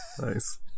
Nice